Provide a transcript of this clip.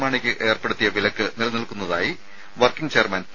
മാണിക്ക് ഏർപ്പെടുത്തിയ വിലക്ക് നിലനിൽക്കുന്നതായി വർക്കിംഗ് ചെയർമാൻ പി